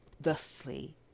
thusly